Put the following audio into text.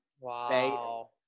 Wow